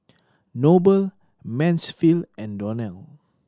Noble Mansfield and Donnell